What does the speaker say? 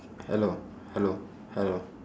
hello hello hello